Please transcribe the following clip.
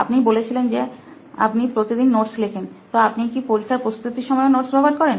আপনি বলেছিলেন যে আমি প্রতিদিন নোটস লেখেন তো আপনি কি পরীক্ষার প্রস্তুতির সময়ও নোটস ব্যবহার করেন